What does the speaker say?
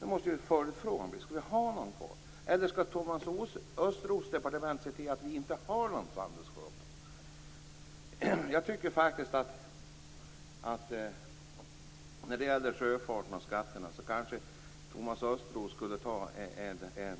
Följdfrågan är då om vi skall ha någon handelsflotta kvar, eller skall Jag tycker faktiskt att Thomas Östros när det gäller sjöfarten och skatterna skulle ta upp en